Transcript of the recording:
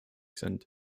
sind